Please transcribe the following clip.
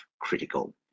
critical